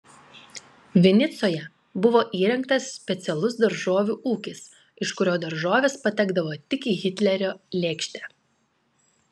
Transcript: vinicoje buvo įrengtas specialus daržovių ūkis iš kurio daržovės patekdavo tik į hitlerio lėkštę